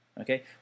Okay